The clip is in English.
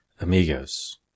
amigos